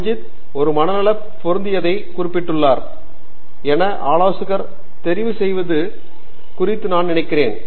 அபிஜித் ஒரு மனநல பொருந்தியத்தையே குறிப்பிட்டுள்ளார் என ஆலோசகர் தெரிவு செய்வது குறித்து நான் நினைக்கிறேன்